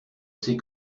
sais